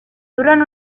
duran